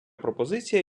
пропозиція